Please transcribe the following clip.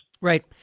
Right